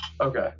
Okay